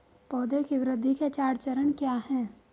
पौधे की वृद्धि के चार चरण क्या हैं?